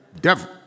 devil